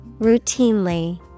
routinely